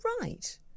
right